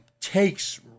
takes